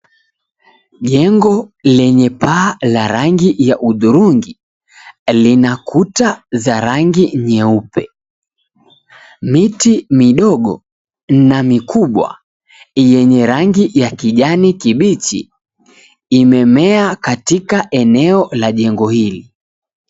Jengo lenye paa la rangi ya hudhurungi lina kuta za rangi nyeupe. Miti midogo na mikubwa yenye rangi ya kijani kibichi imemea katika eneo la jengo hili.